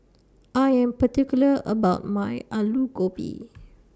I Am particular about My Alu Gobi